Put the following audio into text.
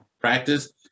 practice